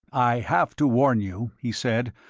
i have to warn you, he said,